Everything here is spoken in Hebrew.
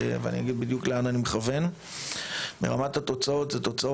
אני קידמתי חוק בנושא הפרוטקשן, שהיא תופעה